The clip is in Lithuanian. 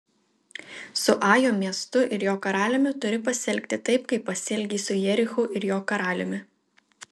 su ajo miestu ir jo karaliumi turi pasielgti taip kaip pasielgei su jerichu ir jo karaliumi